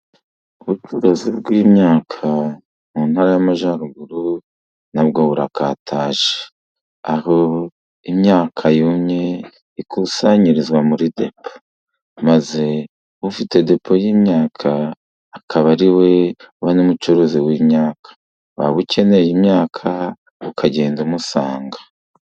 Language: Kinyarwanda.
Ubucuruzi bw'imyaka mu ntara y'Amajyaruguru na bwo burakataje. Aho imyaka yumye ikusanyirizwa muri depo. Maze ufite depo y'imyaka akaba ari we uba n'umucuruzi w'imyaka. Waba ukeneye imyaka ukagenda umusanga.